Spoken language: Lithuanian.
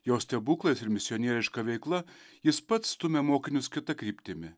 jo stebuklais ir misionieriška veikla jis pats stumia mokinius kita kryptimi